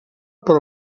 per